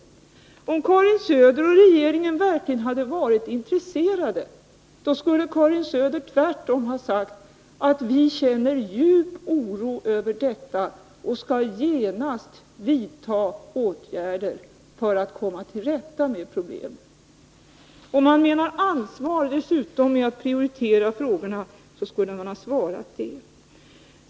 Om Karin Söder och regeringen verkligen hade varit intresserade, så skulle Karin Söder tvärtom ha sagt: Vi känner djup oro över detta och skall genast vidta åtgärder för att komma till rätta med problemen. Om man menar allvar med att man skall prioritera frågorna, så skulle man ha svarat det.